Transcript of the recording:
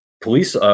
police